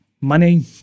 money